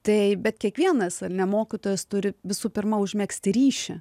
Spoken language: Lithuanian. tai bet kiekvienas ar ne mokytojas turi visų pirma užmegzti ryšį